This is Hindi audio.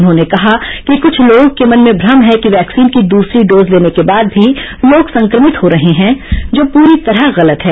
उन्होंने कहा कि कृछ लोगों के मन में भ्रम है कि वैक्सीन की दूसरी डोज लेने के बाद भी लोग संक्रमित हो रहे हैं जो पूरी तरह गलत है